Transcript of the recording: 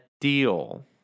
deal